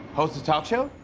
host a talk show? oh,